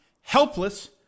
helpless